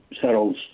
settles